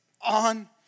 on